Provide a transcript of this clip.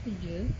tu jer